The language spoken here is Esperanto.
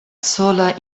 sola